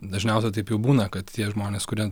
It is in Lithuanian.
dažniausia taip jau būna kad tie žmonės kurie